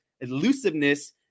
elusiveness